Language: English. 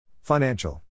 Financial